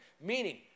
Meaning